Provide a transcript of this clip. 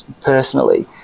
personally